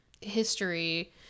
history